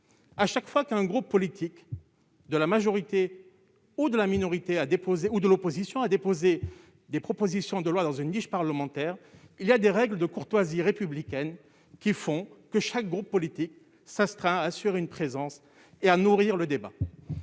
à chaque fois qu'un groupe politique de la majorité ou de la minorité a déposer ou de l'opposition a déposé des propositions de loi dans une niche parlementaire, il y a des règles de courtoisie républicaine qui font que chaque groupe politique s'astreint assurent une présence et à nourrir le débat,